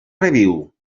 reviu